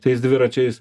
tais dviračiais